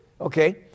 okay